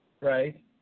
Right